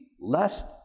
lest